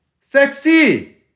Sexy